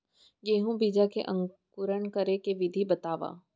गेहूँ बीजा के अंकुरण करे के विधि बतावव?